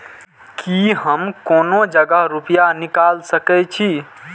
की हम कोनो जगह रूपया निकाल सके छी?